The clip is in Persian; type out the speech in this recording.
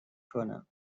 کنم